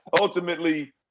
ultimately